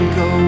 go